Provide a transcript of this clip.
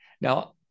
Now